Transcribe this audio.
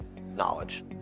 Knowledge